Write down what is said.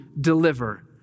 deliver